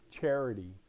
charity